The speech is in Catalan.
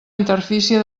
interfície